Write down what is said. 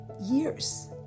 years